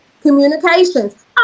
communications